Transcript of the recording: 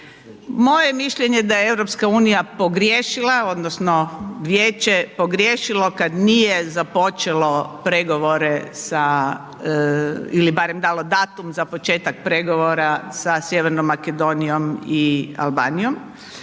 je mišljenje da je EU pogriješila odnosno vijeće je pogriješilo kad nije započelo pregovore sa ili barem dalo datum za početak pregovora sa Sjevernom Makedonijom i Albanijom,